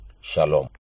Shalom